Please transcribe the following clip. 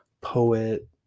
poet